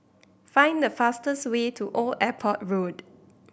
find the fastest way to Old Airport Road